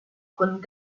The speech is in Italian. con